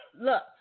Look